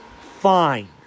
fine